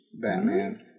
Batman